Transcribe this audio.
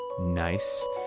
Nice